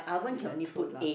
electrolux